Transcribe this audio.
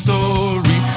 Story